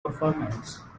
performance